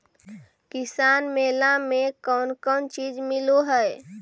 किसान मेला मे कोन कोन चिज मिलै है?